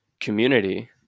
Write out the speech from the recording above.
community